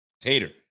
Tater